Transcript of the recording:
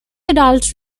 adult